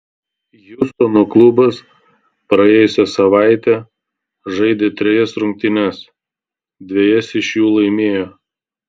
hjustono klubas praėjusią savaitę žaidė trejas rungtynes dvejas iš jų laimėjo